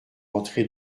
rentré